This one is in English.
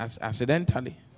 Accidentally